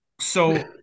So-